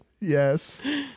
Yes